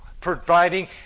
providing